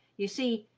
you see,